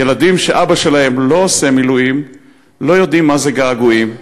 ילדים שאבא שלהם לא עושה מילואים/ לא יודעים מה זה געגועים".